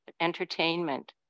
entertainment